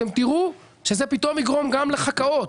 אתם תראו שזה פתאום יגרום גם לחכ"אות,